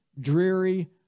dreary